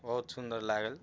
बहुत सुंदर लागल